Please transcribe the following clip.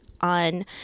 on